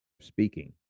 speaking